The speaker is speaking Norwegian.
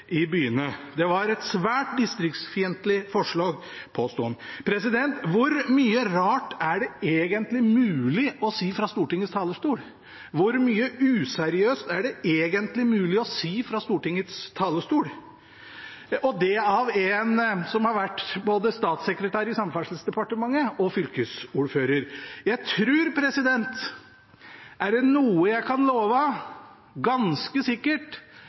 i byene. Det var et svært distriktsfiendtlig forslag, påsto han. Hvor mye rart er det egentlig mulig å si fra Stortingets talerstol? Hvor mye useriøst er det egentlig mulig å si fra Stortingets talerstol? Og det av en som har vært både statssekretær i Samferdselsdepartementet og fylkesordfører. Jeg tror at er det noe jeg kan love ganske sikkert,